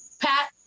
pat